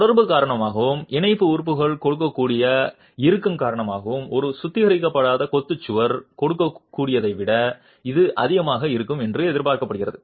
தொடர்பு காரணமாகவும் இணைப்பு உறுப்பு கொடுக்கக்கூடிய இறுக்கம் காரணமாகவும் ஒரு சுத்திகரிக்கப்படாத கொத்து சுவர் கொடுக்கக்கூடியதை விட இது அதிகமாக இருக்கும் என்று எதிர்பார்க்கப்படுகிறது